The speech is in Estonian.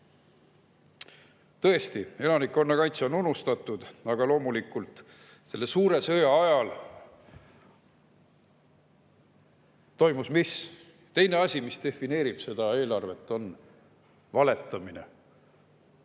Tõesti, elanikkonnakaitse on unustatud, aga selle suure sõja ajal toimus mis? Teine asi, mis defineerib seda eelarvet, on valetamine.